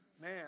man